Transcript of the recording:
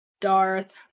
Darth